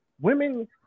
women